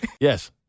Yes